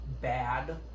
Bad